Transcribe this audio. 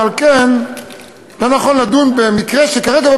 ועל כן לא נכון לדון במקרה שעומד כרגע